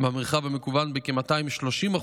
במרחב המקוון בכ-230%,